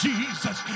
Jesus